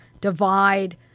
divide